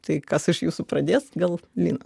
tai kas iš jūsų pradės gal lina